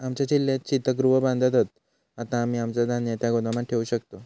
आमच्या जिल्ह्यात शीतगृह बांधत हत, आता आम्ही आमचा धान्य त्या गोदामात ठेवू शकतव